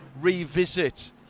revisit